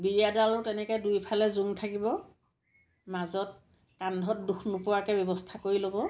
বিৰিয়াডালো তেনেকে দুয়োফালে জোং থাকিব মাজত কান্ধত দুখ নোপোৱাকে ব্যৱস্থা কৰি ল'ব